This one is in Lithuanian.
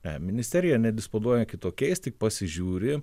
ministerija nedisponuoja kitokiais tik pasižiūri